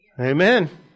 Amen